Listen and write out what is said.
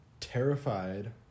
...terrified